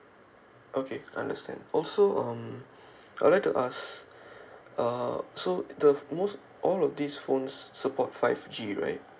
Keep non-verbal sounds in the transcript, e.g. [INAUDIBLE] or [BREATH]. okay understand also um [BREATH] I'd like to ask [BREATH] uh so the most all these phones support five G right